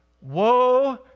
Woe